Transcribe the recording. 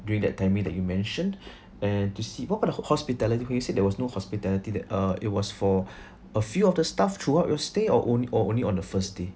during that timing that you mentioned and to see what what ho~ hospitality who you said there was no hospitality that uh it was for a few of the staff throughout your stay or onl~ or only on the first day